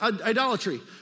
idolatry